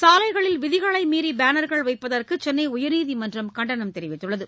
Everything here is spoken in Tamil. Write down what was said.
சாலைகளில் விதிகளை மீறி பேனர்கள் வைப்பதற்கு சென்னை உயர்நீதிமன்றம் கண்டனம் தெரிவித்துள்ளது